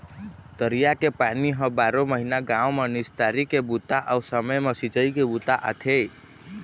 तरिया के पानी ह बारो महिना गाँव म निस्तारी के बूता अउ समे म सिंचई के बूता आथे